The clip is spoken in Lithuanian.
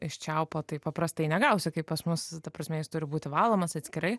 iš čiaupo taip paprastai negausi kaip pas mus ta prasme jis turi būti valomas atskirai